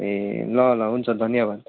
ए ल ल हुन्छ धन्यवाद